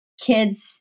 kids